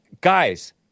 guys